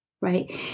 Right